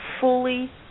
fully